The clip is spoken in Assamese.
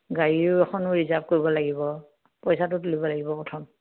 গাড়ীও এখনো ৰিজাৰ্ভ কৰিব লাগিব পইচাটো তুলিব লাগিব প্ৰথম